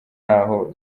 ntaho